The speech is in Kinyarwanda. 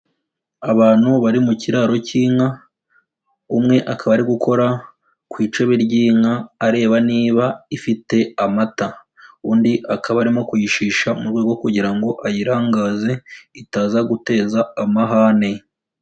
Abantu bari mu kiraro cy'inka, umwe akaba ari gukora ku icebe ry'inka areba niba ifite amata. Undi akaba arimo kuyishisha mu rwego ro kugira ngo ayirangaze itaza guteza amahane.